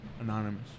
Anonymous